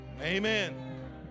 amen